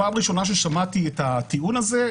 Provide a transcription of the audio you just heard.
פעם ראשונה ששמעתי את הטיעון הזה,